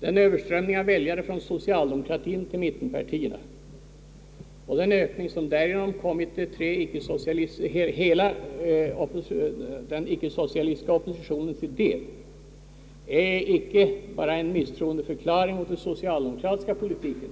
Den överströmning av väljare från socialdemokratien till mittenpartierna och den ökning, som därigenom kommit hela den icke-socialistiska oppositionen till del, innebär inte bara en misstroendeförklaring mot den socialdemokratiska politiken